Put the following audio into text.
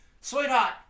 sweetheart